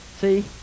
See